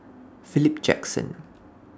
Philip Jackson